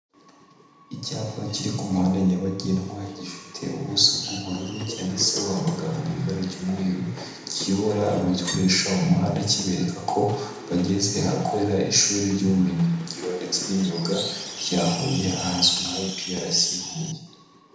Icyapa kiri ku muhanda nyabagendwa gifite ubuso bw'ubururu, cyanditseho amagambo mui iba ry'umweru, kiyobora abagikoresha umuhanda kibereka ko bageze ahakorera ishuri ry'ubumenyingiro ndetse n'imyuga rya Huye ahazwi nka IPRC Huye.